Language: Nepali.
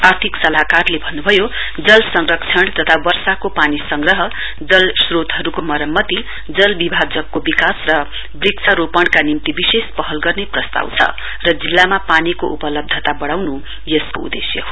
आर्थिक सल्लाहकारले भन्नुभयो जल संरक्षण तथा वर्षा पानी संग्रह जल श्रोतहरुको मरम्मतिजल विभाजकको विकास र वृक्षारोपणका निम्ति विशेष पहल गर्ने प्रस्ताव छ र जिल्लामा पानीको उपलब्धता गराउने यसको उदेश्य हो